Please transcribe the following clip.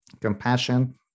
compassion